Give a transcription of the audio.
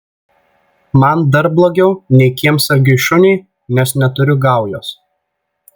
man dar blogiau nei kiemsargiui šuniui nes neturiu gaujos